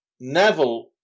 Neville